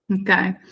Okay